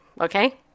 Okay